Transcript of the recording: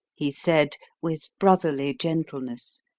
he said, with brotherly gentleness,